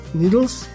needles